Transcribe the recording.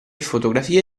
fotografie